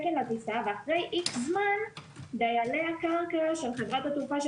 ואחרי איקס זמן דיילי הקרקע של חברת התעופה,